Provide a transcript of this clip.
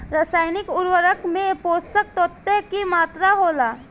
रसायनिक उर्वरक में पोषक तत्व की मात्रा होला?